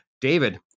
David